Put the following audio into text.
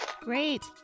Great